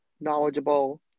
knowledgeable